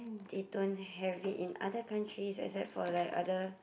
they don't have it in other countries except for like other